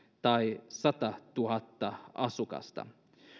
tai satatuhatta asukasta